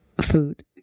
food